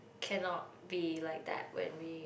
cannot be like that when we